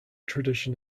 tradition